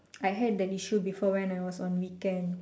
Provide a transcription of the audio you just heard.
I had that issue before when I was on weekend